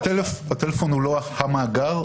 הטלפון הוא לא המאגר,